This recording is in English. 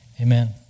amen